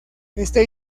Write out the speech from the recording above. este